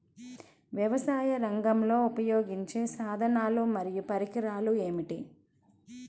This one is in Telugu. వ్యవసాయరంగంలో ఉపయోగించే సాధనాలు మరియు పరికరాలు ఏమిటీ?